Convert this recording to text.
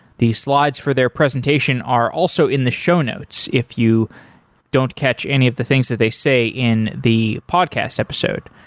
the slides for their presentation are also in the show notes, if you don't catch any of the things that they say in the podcast episode.